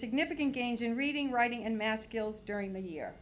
significant gains in reading writing and math skills during the year